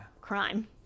crime